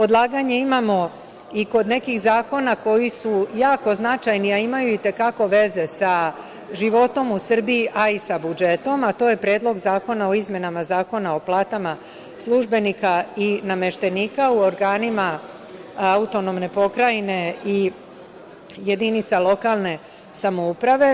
Odlaganje imamo i kod nekih zakona koji su jako značajni, a imaju i te kako veze sa životom u Srbiji, a i sa budžetom, a to je Predlog zakona o izmenama Zakona o platama službenika i nameštenika u organima AP i jedinica lokalne samouprave.